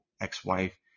ex-wife